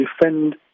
defend